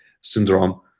syndrome